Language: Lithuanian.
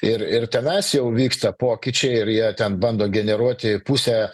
ir ir tenais jau vyksta pokyčiai ir jie ten bando generuoti pusę